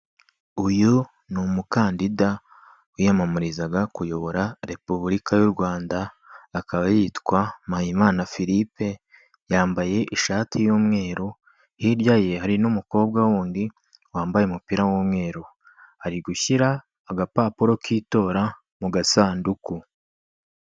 Uyu ni umukandida wiyamamarizaga kuyobora repubulika y'u Rwanda, akaba yitwa Mpayimana Philippe yambaye ishati y'umweru hirya ye hari n'umukobwa wundi wambaye umupira w'umweru ari gushyira agapapuro k'itora mu gasanduku.